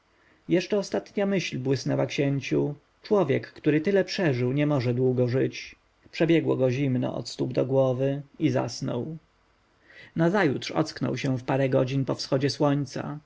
jeszcze ostatnia myśl błysnęła księciu człowiek który tyle przeżył nie może długo żyć przebiegło go zimno od stóp do głów i zasnął nazajutrz ocknął się w parę godzin po wschodzie słońca